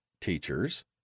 teachers